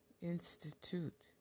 Institute